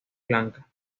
blanca